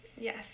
Yes